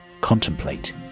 contemplate